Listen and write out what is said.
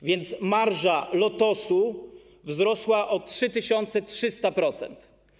A więc marża Lotosu wzrosła o 3300%.